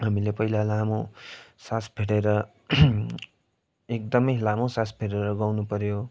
हामीले पहिला लामो सास फेरेर एकदमै लामो सास फेरेर गाउनु पऱ्यो